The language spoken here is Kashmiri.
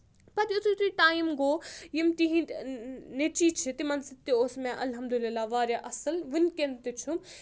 پَتہٕ یُتھُے یُتھُے ٹایم گوٚو یِم تِہنٛدۍ نیٚچوٗ چھِ تِمَن سۭتۍ تہِ اوس مےٚ الحمدُاللہ واریاہ اَصٕل وٕنکؠن تہِ چھُ